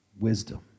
wisdom